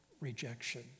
rejection